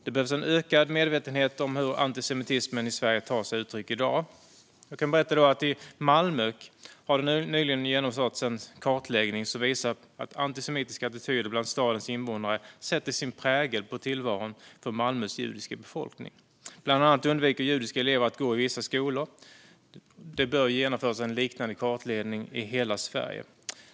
Det behövs en ökad medvetenhet om hur antisemitismen i Sverige tar sig uttryck i dag. I Malmö har det nyligen genomförts en kartläggning som visar att antisemitiska attityder bland stadens invånare sätter sin prägel på tillvaron för Malmös judiska befolkning. Bland annat undviker judiska elever att gå i vissa skolor. Det bör genomföras en liknande kartläggning i hela Sverige.